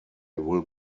will